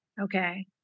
okay